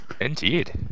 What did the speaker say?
Indeed